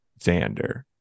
xander